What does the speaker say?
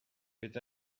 fet